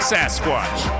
Sasquatch